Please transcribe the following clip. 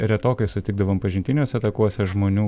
retokai sutikdavom pažintiniuose takuose žmonių